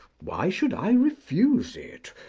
why should i refuse it,